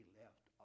left